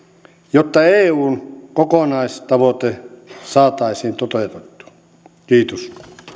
jotta eun kokonaistavoite saataisiin toteutettua kiitos